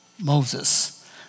Moses